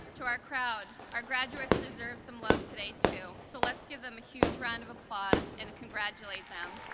to our crowd, our graduates deserve some love today too, so let's give them a huge run of applause and congratulate them.